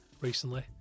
recently